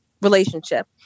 relationship